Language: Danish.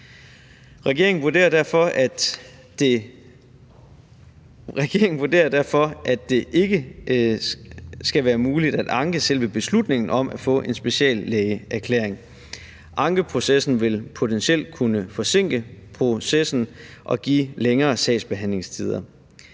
Regeringen vurderer derfor, at det ikke skal være muligt at anke selve beslutningen om at få en speciallægeerklæring. Ankeprocessen vil potentielt kunne forsinke processen og give længere sagsbehandlingstider.